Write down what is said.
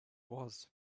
was